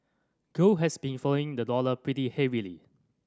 gold has been following the dollar pretty heavily